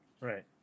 Right